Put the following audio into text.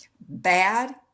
bad